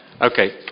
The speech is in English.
Okay